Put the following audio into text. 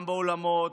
גם באולמות,